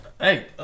hey